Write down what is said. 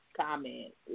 Comment